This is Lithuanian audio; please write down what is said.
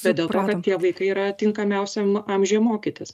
bet dėl to kad tie vaikai yra tinkamiausiam amžiuje mokytis